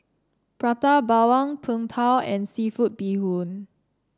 Prata Bawang Png Tao and seafood Bee Hoon